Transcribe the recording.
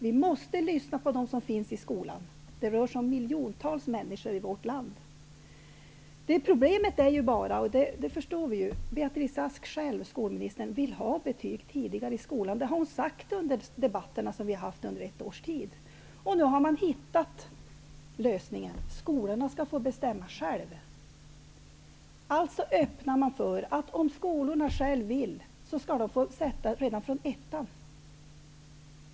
Vi måste lyssna på dem som finns i skolan. Det rör sig om miljontals människor i vårt land. Problemet är bara, det förstår vi, att skolministern själv vill ha betyg tidigare i skolan. Det har hon sagt i de debatter som vi nu har haft under ett års tid. Nu har man hittat lösningen: skolorna skall få bestämma själva. Alltså öppnar vi för att om skolorna själva vill skall de få sätta betyg redan från ettan.